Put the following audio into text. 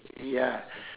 ya